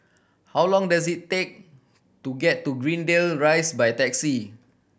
how long does it take to get to Greendale Rise by taxi